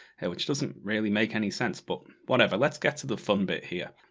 which doesn't really make any sense, but whatever. let's get to the fun bit here.